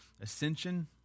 ascension